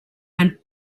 and